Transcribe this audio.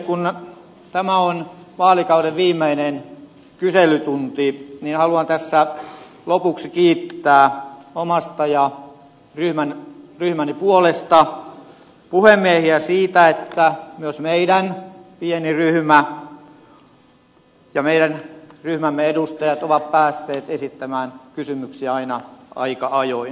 kun tämä on vaalikauden viimeinen kyselytunti niin haluan tässä lopussa kiittää omasta ja ryhmäni puolesta puhemiehiä siitä että myös meidän pieni ryhmämme ja meidän ryhmämme edustajat ovat päässeet esittämään kysymyksiä aina aika ajoin